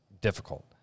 difficult